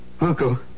Uncle